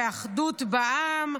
שמענו עכשיו הרבה על אהבת השם ואחדות בעם.